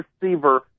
receiver